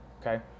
okay